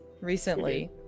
recently